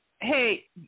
Hey